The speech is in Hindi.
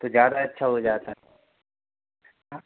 तो ज़्यादा अच्छा हो जाता हं